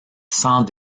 sans